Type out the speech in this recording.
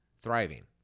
thriving